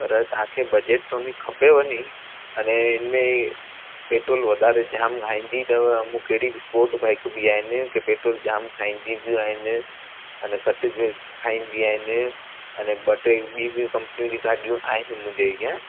पर तव्हांखे बजट थो नी खपेव नी अने इन में पेट्रोल वधारे जाम खाईंदी अथव मूंखे अहिड़ी स्पोट बाइक बि आहिनि की पैट्रोल जाम खाईंदी ॿियूं आहिनि अने कटिजे खाईंदी आहिनि अने ॿ टे ॿी ॿियूं कंपनियूं जी गाॾियू आहिनि मुंहिंजे ईअंं